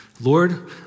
Lord